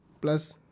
Plus